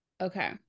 okay